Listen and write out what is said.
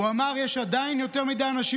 הוא אמר: יש עדיין יותר מדי אנשים